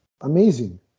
amazing